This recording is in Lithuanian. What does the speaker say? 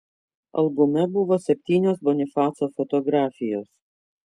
albume buvo septynios bonifaco fotografijos